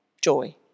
joy